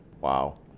wow